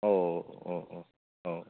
औ औ औ औ